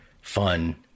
fun